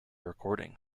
recording